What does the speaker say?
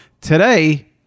today